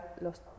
los